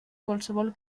qualsevol